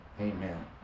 amen